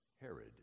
Herod